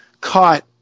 caught